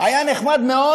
היה נחמד מאוד